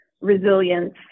resilience